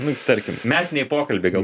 nu tarkim metiniai pokalbiai gal